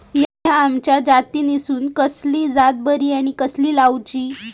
हया आम्याच्या जातीनिसून कसली जात बरी आनी कशी लाऊची?